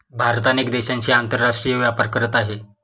भारत अनेक देशांशी आंतरराष्ट्रीय व्यापार करत आहे